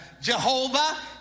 Jehovah